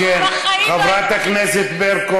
בחיים לא היית מחליף.